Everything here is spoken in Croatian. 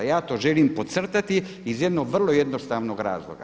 Ja to želim podcrtati iz jednog vrlo jednostavnog razloga.